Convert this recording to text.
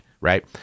Right